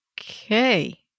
Okay